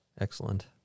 Excellent